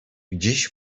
gdzieś